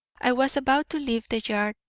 i was about to leave the yard,